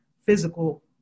physical